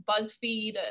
BuzzFeed